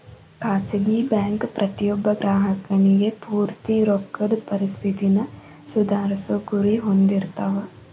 ಖಾಸಗಿ ಬ್ಯಾಂಕ್ ಪ್ರತಿಯೊಬ್ಬ ಗ್ರಾಹಕನಿಗಿ ಪೂರ್ತಿ ರೊಕ್ಕದ್ ಪರಿಸ್ಥಿತಿನ ಸುಧಾರ್ಸೊ ಗುರಿ ಹೊಂದಿರ್ತಾವ